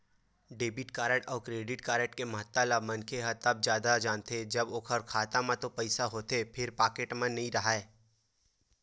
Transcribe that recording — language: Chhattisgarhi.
डेबिट कारड अउ क्रेडिट कारड के महत्ता ल मनखे ह तब जादा जानथे जब ओखर खाता म तो पइसा होथे फेर पाकिट म नइ राहय